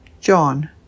John